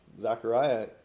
Zechariah